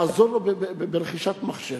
לעזור לנכה ברכישת מחשב.